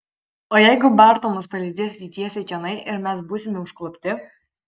o jeigu bartonas palydės jį tiesiai čionai ir mes būsime užklupti